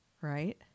Right